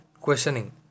Questioning